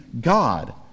God